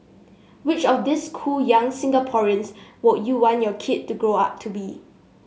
which of these cool young Singaporeans would you want your kid to grow up to be